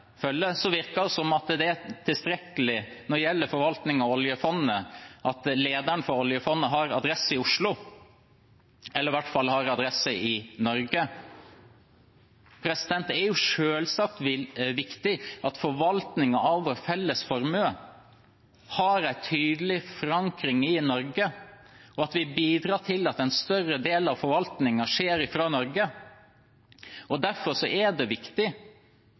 tilstrekkelig når det gjelder forvaltningen av oljefondet, at lederen for oljefondet har adresse i Oslo eller i hvert fall adresse i Norge. Det er selvsagt viktig at forvaltningen av vår felles formue har en tydelig forankring i Norge, og at vi bidrar til at en større del av forvaltningen skjer fra Norge. Derfor er det viktig